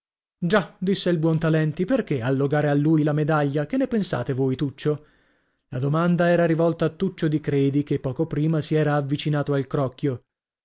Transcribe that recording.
già disse il buontalenti perchè allogare a lui la medaglia che ne pensate voi tuccio la domanda era rivolta a tuccio di credi che poco prima si era avvicinato al crocchio